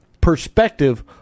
perspective